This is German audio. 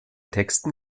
texten